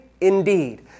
indeed